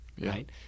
right